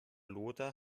lothar